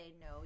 no